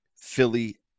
Philly